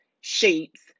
shapes